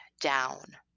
down